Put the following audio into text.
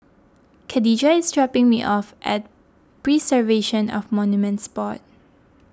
Kadijah is dropping me off at Preservation of Monuments Board